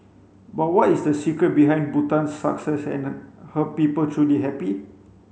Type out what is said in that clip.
but what is the secret behind Bhutan's success and her people truly happy